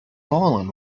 fallen